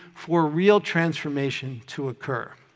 for real transformation to occur.